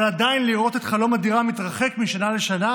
עדיין לראות את חלום הדירה מתרחק משנה לשנה,